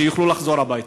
שיוכלו לחזור הביתה.